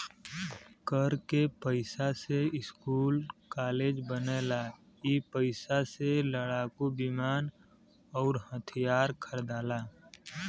कर के पइसा से स्कूल कालेज बनेला ई पइसा से लड़ाकू विमान अउर हथिआर खरिदाला